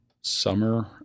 summer